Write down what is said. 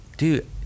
dude